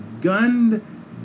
gunned